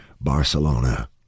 Barcelona